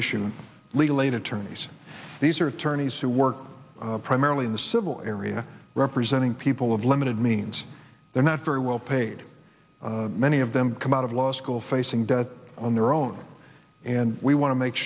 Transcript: aid attorneys these are tourney's who work primarily in the civil area representing people of limited means they're not very well paid many of them come out of law school facing death on their own and we want to make